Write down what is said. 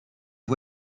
les